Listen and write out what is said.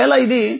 ఒకవేళఇదిi i1 i2